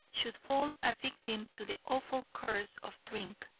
should fall a victim to the awful curse of drink!